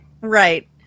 right